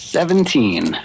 Seventeen